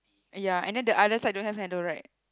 ya and then the other side don't have handle right